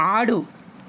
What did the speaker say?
ఆడు